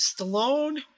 Stallone